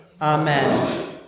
Amen